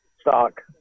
stock